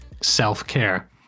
self-care